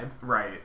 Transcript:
Right